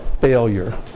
failure